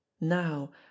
now